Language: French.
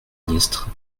ministre